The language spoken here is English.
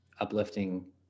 uplifting